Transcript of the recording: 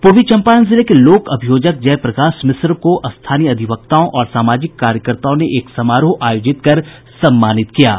पूर्वी चंपारण जिले के लोक अभियोजक जयप्रकाश मिश्रा को स्थानीय अधिवक्ताओं और सामाजिक कार्यकर्ताओं ने एक समारोह आयोजित कर सम्मानित किया है